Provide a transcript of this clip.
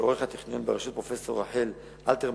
שעורך הטכניון ברשות פרופסור רחל אלתרמן.